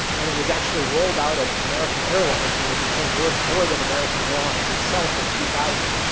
and it was actually rolled out of american airlines, when it became worth more than american airlines itself in two thousand.